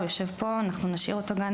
הוא נמצא פה ונשאיר אותו כאן,